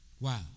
Wow